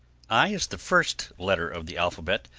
i is the first letter of the alphabet,